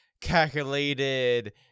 calculated